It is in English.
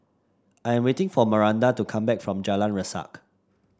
I am waiting for Maranda to come back from Jalan Resak